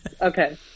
Okay